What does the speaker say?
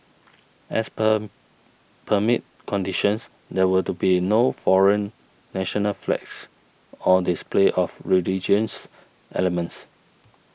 as per permit conditions there were to be no foreign national flags or display of religious elements